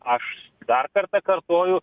aš dar kartą kartoju